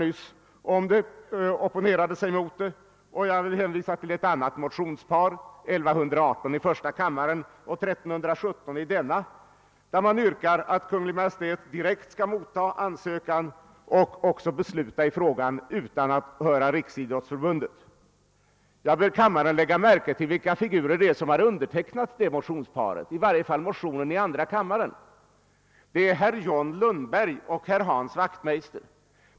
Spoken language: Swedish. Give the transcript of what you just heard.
Fru Ryding opponerade sig nyss, och jag kan hänvisa till ett annat motionspar, I: 1118 och II: 1317, där det yrkas att Kungl. Maj:t direkt skall motta ansökan och också besluta i frågan utan att höra Riksidrottsförbundet. Jag ber kammarens ledamöter att lägga märke till vilka figurer som undertecknat det här motionsparet, i varje fall motionen i andra kammaren. Det är herr John Lundberg och herr Hans Wachtmeister.